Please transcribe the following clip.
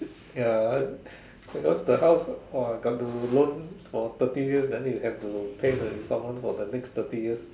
ya because the house !wah! got to loan for thirty years then you have to pay the installments for the next thirty years